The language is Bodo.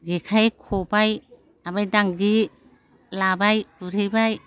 जेखाइ खबाइ ओमफ्राय दांगि लाबाय गुरहैबाय